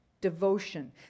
Devotion